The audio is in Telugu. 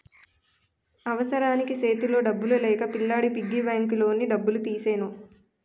అవసరానికి సేతిలో డబ్బులు లేక పిల్లాడి పిగ్గీ బ్యాంకులోని డబ్బులు తీసెను